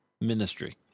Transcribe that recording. ministry